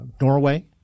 Norway